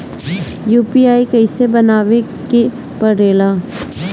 UPI कइसे बनावे के परेला?